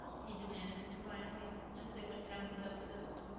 he demanded defiantly, as they went down the hill field.